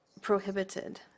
prohibited